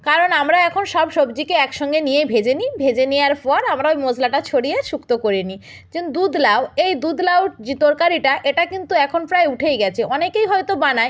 কারণ আমরা এখন সব সবজিকে একসঙ্গে নিয়েই ভেজে নিই ভেজে নেয়ার ফর আমরা ওই মশলাটা ছড়িয়ে সুক্ত করে নিই যেমন দুধ লাউ এই দুধ লাউ যে তরকারিটা এটা কিন্তু এখন প্রায় উঠেই গেছে অনেকেই হয়তো বানায়